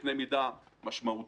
בקנה מידה משמעותי,